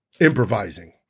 improvising